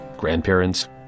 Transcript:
grandparents